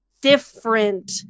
different